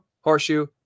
Horseshoe